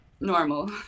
normal